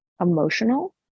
emotional